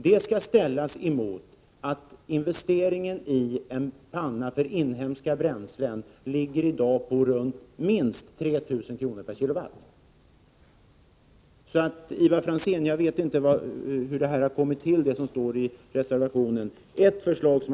Detta skall ställas mot att den specifika investeringen i pannor för inhemska bränslen i dag uppgår till minst 3 000 kr. per kilowatt. Jag vet inte, Ivar Franzén, hur skrivningen i reservationen kan ha blivit till.